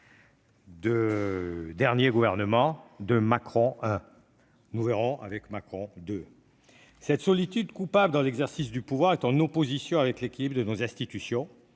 règle des gouvernements de Macron 1 ; nous verrons ce qu'il en est sous Macron 2 ! Cette solitude coupable dans l'exercice du pouvoir est en opposition avec l'équilibre de nos institutions